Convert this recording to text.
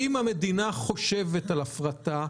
אם המדינה חושבת על הפרטה,